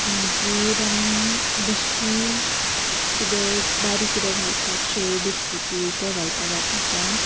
मागीर आमी बशी कितें बारीक कितें घालपाक शेव बिस्किटी ते घालपाक वापरता